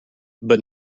but